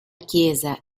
chiesa